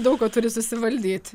daug ko turi susivaldyti